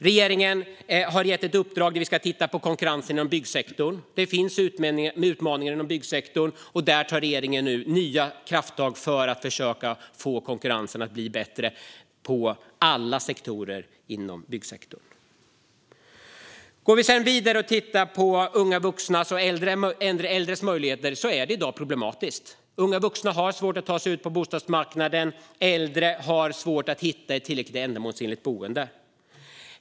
Regeringen har gett uppdraget att titta på konkurrensen inom byggsektorn. Det finns utmaningar inom byggsektorn, och regeringen tar därför nya krafttag för att försöka få konkurrensen att bli bättre i alla sektorer inom byggsektorn. Unga vuxnas och äldres situation på bostadsmarknaden är i dag problematisk. Unga vuxna har svårt att ta sig in på bostadsmarknaden. Äldre har svårt att hitta ett tillräckligt ändamålsenligt boende.